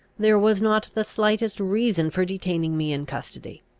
there was not the slightest reason for detaining me in custody.